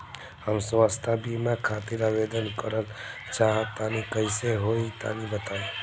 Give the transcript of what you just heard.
हम स्वास्थ बीमा खातिर आवेदन करल चाह तानि कइसे होई तनि बताईं?